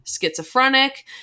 schizophrenic